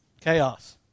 Chaos